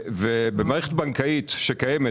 ובמערכת בנקאית שקיימת,